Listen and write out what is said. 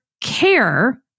care